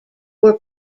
were